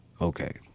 Okay